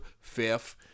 fifth